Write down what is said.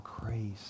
grace